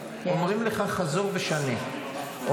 אומרים לך חזור ושנה,